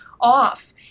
off